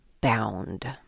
bound